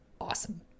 awesome